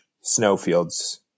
snowfields